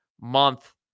month